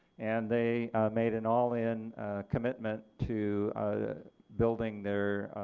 and they made an all in commitment to building their